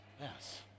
Yes